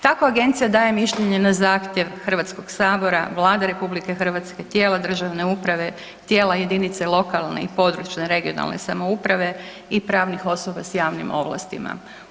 Tako agencija daje mišljenje na zahtjev Hrvatskog sabora, Vlade RH, tijela državne uprave, tijela jedinica lokalne i područne (regionalne) samouprave i pravnih osoba sa javnim ovlastima.